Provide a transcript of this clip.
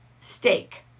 steak